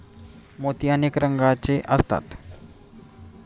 मोती अनेक रंगांचे असतात